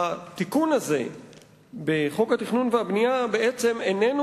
התיקון הזה בחוק התכנון והבנייה איננו